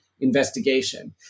investigation